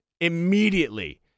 immediately